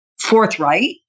forthright